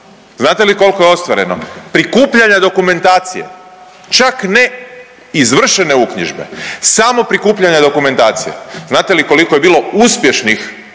znate li koliko je ostvareno? Prikupljanja dokumentacije, čak neizvršene uknjižbe, samo prikupljanja dokumentacije, znate li koliko je bilo uspješnih